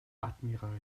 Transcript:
admiral